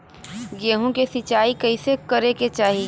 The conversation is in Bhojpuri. गेहूँ के सिंचाई कइसे करे के चाही?